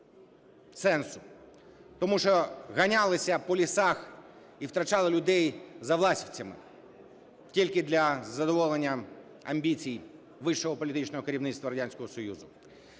тому що ганялися по лісах і втрачали людей за власівцями, тільки для задоволення амбіцій вищого